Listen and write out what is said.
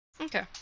Okay